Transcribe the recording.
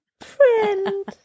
friend